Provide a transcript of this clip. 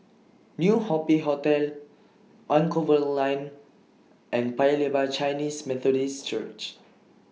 New Happy Hotel Anchorvale Lane and Paya Lebar Chinese Methodist Church